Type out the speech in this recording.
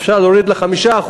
אפשר להוריד אותו ל-5%.